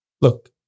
look